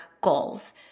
goals